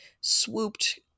swooped